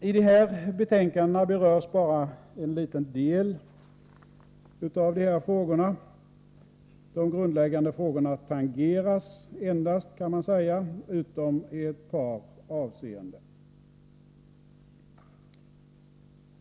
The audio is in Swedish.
I de nu aktuella betänkandena berörs bara en liten del av dessa frågor. Man kan säga att de grundläggande frågorna endast tangeras, utom i ett par avseenden.